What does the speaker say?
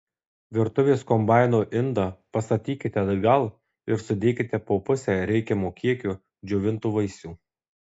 virtuvės kombaino indą pastatykite atgal ir sudėkite po pusę reikiamo kiekio džiovintų vaisių